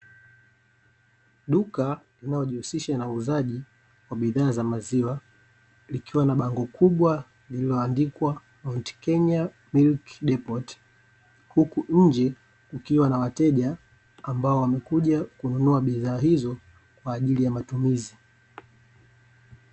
Duka inayojihusisha na uuzaji wa bidhaa za maziwa likiwa na bango kubwa lililoandikwa Mount Kenya Milk deport huku nje kukiwa na wateja ambao wamekuja kununua bidhaa hizo kwa ajili ya matumizi.